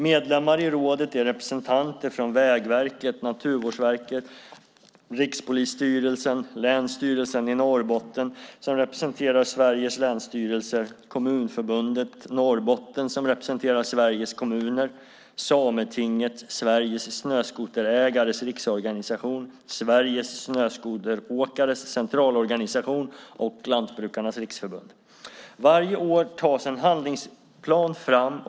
Medlemmar i rådet är representanter från Vägverket, Naturvårdsverket, Rikspolisstyrelsen, Länsstyrelsen i Norrbotten som representerar Sveriges länsstyrelser, Kommunförbundet Norrbotten som representerar Sveriges kommuner, Sametinget, Sveriges Snöskoterägares Riksorganisation, Sveriges snöskoteråkares centralorganisation och Lantbrukarnas Riksförbund. Varje år tas en handlingsplan fram.